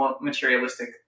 materialistic